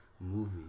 movie